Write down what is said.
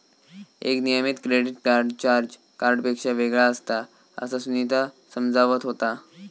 एक नियमित credit card charge कार्डपेक्षा वेगळा असता, असा सुनीता समजावत होता